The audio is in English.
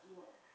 oh